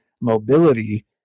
mobility